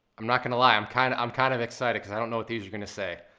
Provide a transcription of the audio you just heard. i'm not gonna lie, i'm kind of i'm kind of excited because i don't know what these are gonna say.